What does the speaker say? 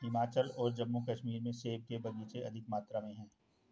हिमाचल और जम्मू कश्मीर में सेब के बगीचे अधिक मात्रा में है